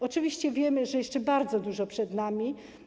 Oczywiście wiemy, że jeszcze bardzo dużo przed nami.